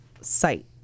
site